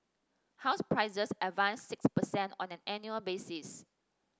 house prices advanced six per cent on an annual basis